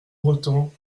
breton